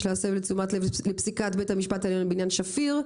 יש להסב את תשומת לב פסיקת בית המשפט העליון בעניין שפיר,